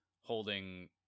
holding